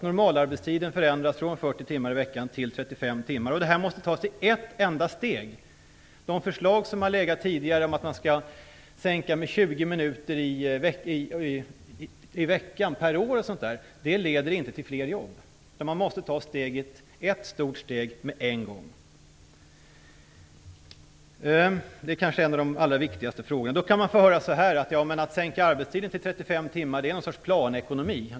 Normalarbetstiden måste förändras från 40 timmar i veckan till 35 timmar. Detta måste ske i ett enda steg. De förslag som har legat tidigare om att man skall sänka med 20 minuter i veckan per år leder inte till fler jobb. Man måste ta ett stort steg med en gång. Detta är kanske en av de allra viktigaste frågorna. Då kan man få höra att det skulle vara någon sorts planekonomi att sänka arbetstiden till 35 timmar.